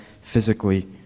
physically